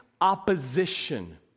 opposition